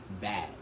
bad